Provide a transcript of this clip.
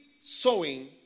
sowing